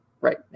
right